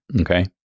Okay